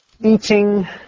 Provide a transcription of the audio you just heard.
eating